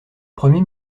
premiers